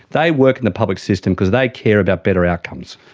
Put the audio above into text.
they work in the public system because they care about better outcomes.